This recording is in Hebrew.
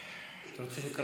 אני מניח שחלק,